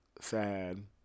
sad